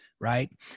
right